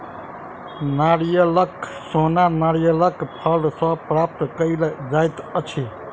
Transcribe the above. नारियलक सोन नारियलक फल सॅ प्राप्त कयल जाइत अछि